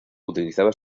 utilizaba